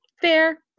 fair